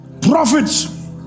prophets